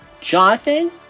Jonathan